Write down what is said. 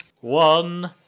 One